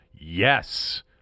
Yes